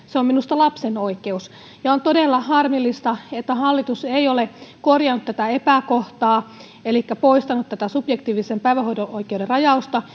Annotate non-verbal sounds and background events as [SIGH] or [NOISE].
[UNINTELLIGIBLE] se on minusta lapsen oikeus on todella harmillista että hallitus ei ole korjannut tätä epäkohtaa elikkä poistanut tätä subjektiivisen päivähoito oikeuden rajausta [UNINTELLIGIBLE]